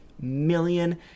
million